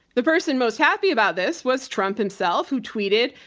the person most happy about this was trump himself who tweeted,